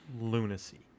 lunacy